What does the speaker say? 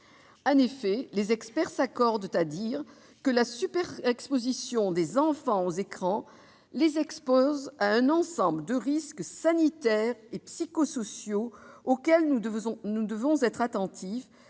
En effet, les experts s'accordent à dire que la surexposition des enfants aux écrans les expose à un ensemble de risques sanitaires et psychosociaux auxquels nous devons être attentifs